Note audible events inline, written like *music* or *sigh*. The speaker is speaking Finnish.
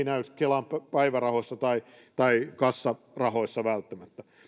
*unintelligible* näy kelan päivärahoissa tai tai kassarahoissa välttämättä